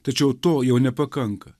tačiau to jau nepakanka